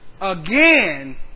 Again